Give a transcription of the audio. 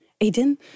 Aiden